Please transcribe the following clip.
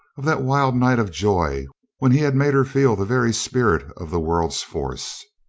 of that wild night of joy when he had made her feel the very spirit of the world's force.